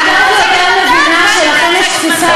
אני יותר ויותר מבינה שלכם יש תפיסה,